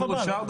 הצבעה אושר.